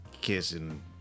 kissing